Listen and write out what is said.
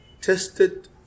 tested